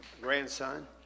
grandson